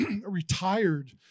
retired